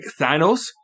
Thanos